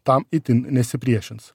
tam itin nesipriešins